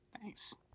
Thanks